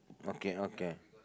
okay okay